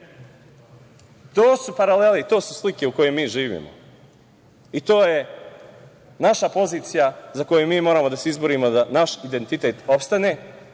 su paralele i to su slike u kojima mi živimo i to je naša pozicija za koju mi moramo da se izborimo da naš identitet opstane,